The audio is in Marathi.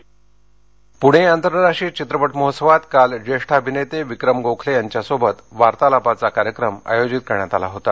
पिफ पूणे आंतरराष्ट्रीय चित्रपट महोत्सवात काल ज्येष्ठ अभिनेते विक्रम गोखले यांच्यासोबत वार्तालापाचा कार्यक्रम आयोजित करण्यात आला होता